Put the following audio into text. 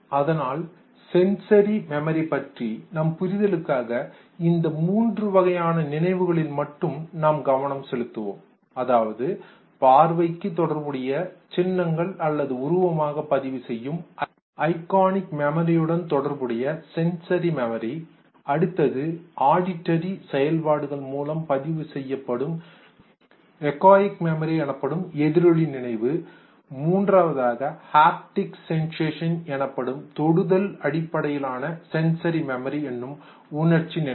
அதனால் sensory memory உணர்ச்சி நினைவு பற்றிய நமது புரிதலுக்காக இந்த மூன்று வகையான நினைவுகளில் மட்டும் நாம் கவனம் செலுத்துவோம் அதாவது பார்வைக்கு தொடர்புடைய சின்னங்கள் அல்லது உருவமாக பதிவு செய்யும் ஐகானிக் மெமரியுடன் தொடர்புடைய சென்சரி மெமரி அடுத்தது ஆடிட்டரி செவிவழி செயல்பாடுகள் மூலம் பதிவு செய்யப்படும் எக்கோயிக் மெமரி எதிரொலி நினைவு மூன்றாவதாக ஹாப்டிக் சென்சேஷன் எனப்படும் தொடுதல் அடிப்படையிலான சென்சரி மெமரி எனும் உணர்ச்சி நினைவு